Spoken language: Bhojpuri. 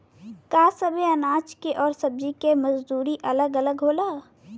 का सबे अनाज के अउर सब्ज़ी के मजदूरी अलग अलग होला?